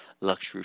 luxury